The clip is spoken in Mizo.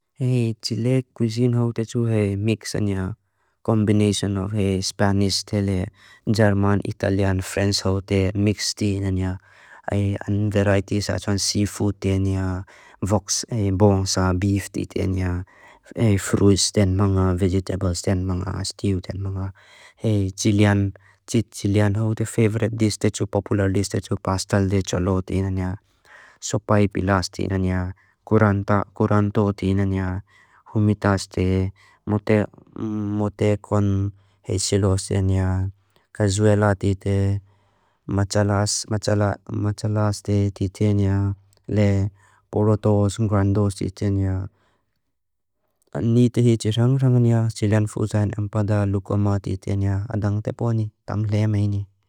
Chile cuisine haute chu he mix anya, combination of he Spanish tele, German, Italian, French haute mix ti nanya. Ay un variety sa chuan seafood tia nya, vox bon sa beef ti tia nya. Ay fruits ten manga, vegetables ten manga, stew ten manga. Hey chilean, chit chilean haute favorite dis te chu popular dis te chu pastel de cholo ti nanya. Sopa y pilas ti nanya, curanto ti nanya, humitas te, mute con jesilos te nya. Cazuela ti te, machalas te ti tia nya, le porotos grandos ti tia nya. Ni te hiti rang rang nya, chilean fuzan empada lukoma ti tia nya. Adang teponi, tang lemeni.